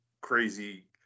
crazy